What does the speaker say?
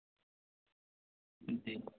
جی